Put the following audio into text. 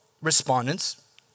respondents